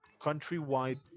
countrywide